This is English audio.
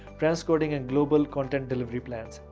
transcoding and global content delivery plans.